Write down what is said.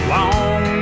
Long